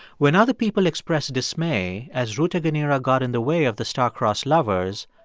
when other people expressed dismay as rutaganira got in the way of the star-crossed lovers,